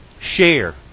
Share